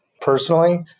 Personally